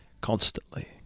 constantly